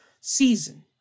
season